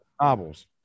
Novels